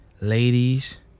Ladies